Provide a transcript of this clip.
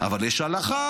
אבל יש הלכה.